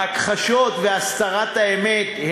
ההכחשות והסתרת האמת,